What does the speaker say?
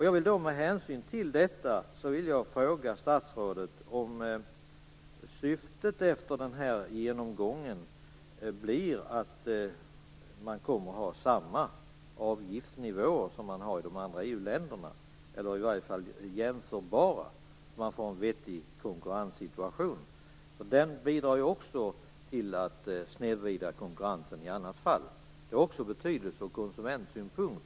Jag vill med hänsyn till detta fråga statsrådet om avsikten är att Sverige efter denna genomgång skall ha samma avgiftsnivåer som de andra EU-länderna, eller i varje fall jämförbara, så att man får en vettig konkurrenssituation. Den bidrar också till att snedvrida konkurrensen i annat fall. Dessa viktiga frågor har också betydelse ur konsumentsynpunkt.